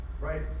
Right